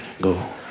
go